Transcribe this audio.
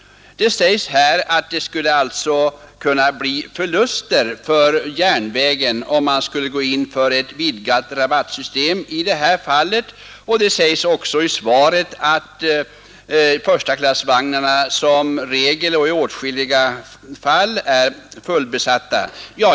I svaret sägs att det skulle kunna bli förluster för SJ, om man gick in för ett vidgat rabattsystem i detta fall, samt att förstaklassvagnarna såsom regel är fullbesatta.